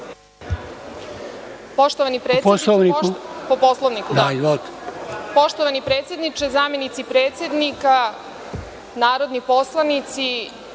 Poštovani predsedniče, zamenici predsednika, narodni poslanici